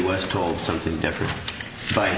was told something different find